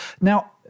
Now